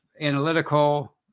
analytical